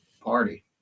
party